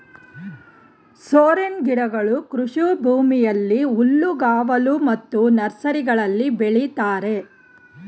ಸೋರೆನ್ ಗಿಡಗಳು ಕೃಷಿ ಕೃಷಿಭೂಮಿಯಲ್ಲಿ, ಹುಲ್ಲುಗಾವಲು ಮತ್ತು ನರ್ಸರಿಗಳಲ್ಲಿ ಬೆಳಿತರೆ